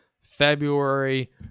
February